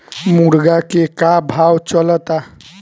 मुर्गा के का भाव चलता?